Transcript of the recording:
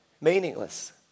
meaningless